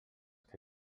que